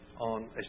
on